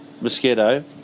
Mosquito